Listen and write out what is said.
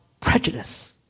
prejudice